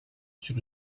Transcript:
sur